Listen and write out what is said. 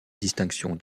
distinction